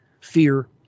fear